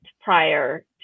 prior